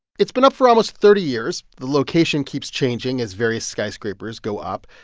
it's been up for almost thirty years. the location keeps changing as various skyscrapers go up,